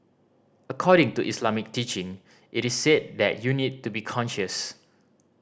according to Islamic teaching it is said that you need to be conscious